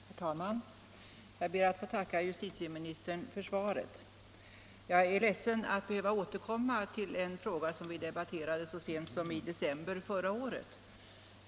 Herr talman! Jag ber att få tacka justitieministern för svaret. Jag är ledsen att behöva återkomma till en fråga som vi debatterade så sent som i december förra året.